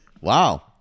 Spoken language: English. Wow